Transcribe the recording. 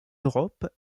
europe